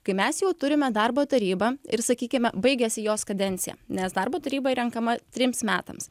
kai mes jau turime darbo tarybą ir sakykime baigiasi jos kadencija nes darbo taryba renkama trims metams